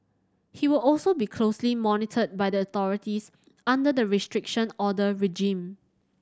he will also be closely monitored by the authorities under the Restriction Order regime